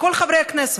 לכל חברי הכנסת: